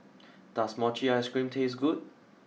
does Mochi Ice Cream taste good